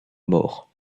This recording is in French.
mort